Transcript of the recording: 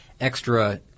extra